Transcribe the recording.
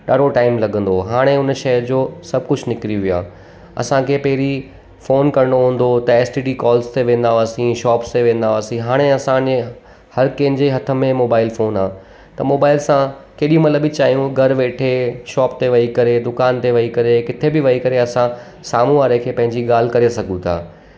ॾाढो टाइम लॻंदो हो हाणे हुन शइ जो सभु कुझु निकिरी वयो आहे असांखे पहिरीं फ़ोन करिणो हूंदो हुओ त एसटीडी कॉलस ते वेंदा हुआसीं इअं शॉपस ते वेंदा हुआसीं हाणे असांनेअ हर कंहिंजे हथ में मोबाइल फ़ोन आहे त मोबाइल सां केॾीमहिल बि चाहियूं घरु वेठे शॉप ते वेही करे दुकान ते वेही करे किथे बि वेही करे असां साम्हूं वारे खे पंहिंजी ॻाल्हि करे सघूं था